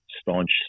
staunch